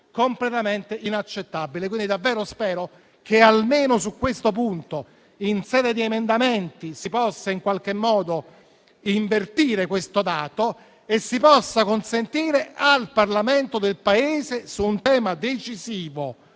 completamente inaccettabile e, quindi, spero davvero che almeno su questo punto, in sede di emendamenti, si possa in qualche modo invertire questo dato e consentire al Parlamento del Paese, su un tema decisivo